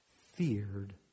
feared